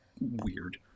weird